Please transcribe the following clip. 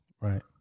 Right